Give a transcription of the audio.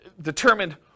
determined